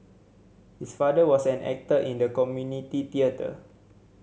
his father was an actor in the community theatre